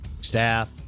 staff